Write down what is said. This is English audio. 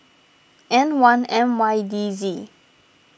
N one M Y D Z